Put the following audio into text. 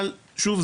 אבל שוב,